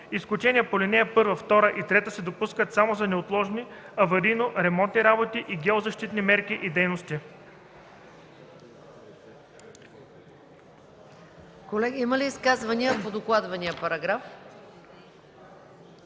Изключение по ал. 1, 2 и 3 се допуска само за неотложни аварийно-ремонтни работи и геозащитни мерки и дейности.”